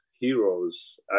Heroes